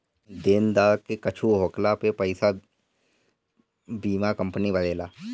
देनदार के कुछु होखला पे पईसा बीमा कंपनी भरेला